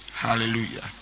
Hallelujah